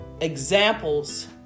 examples